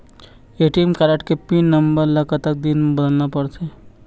ATM card के pin number ला कतक दिन म बदलना पड़थे?